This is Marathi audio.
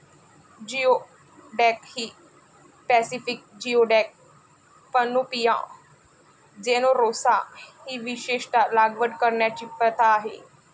जिओडॅक ही पॅसिफिक जिओडॅक, पॅनोपिया जेनेरोसा ही विशेषत लागवड करण्याची प्रथा आहे